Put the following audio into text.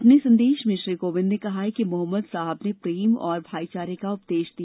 अपने संदेश में श्री कोविंद ने कहा है कि मोहम्मद साहेब ने प्रेम और भाईचारे का उपदेश दिया